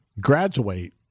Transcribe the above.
graduate